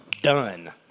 done